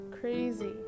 Crazy